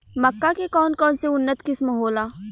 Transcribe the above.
मक्का के कौन कौनसे उन्नत किस्म होला?